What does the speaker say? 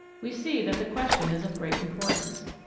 we see that the question is of great importance.